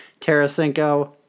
tarasenko